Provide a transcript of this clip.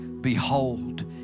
Behold